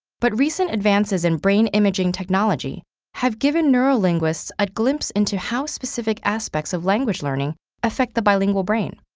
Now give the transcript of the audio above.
but recent advances in brain imaging technology have given neurolinguists a glimpse into how specific aspects of language learning affect the bilingual brain.